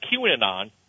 QAnon